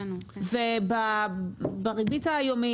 בפיקדון היומי,